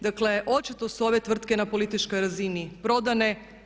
Dakle, očito su ove tvrtke na političkoj razini prodane.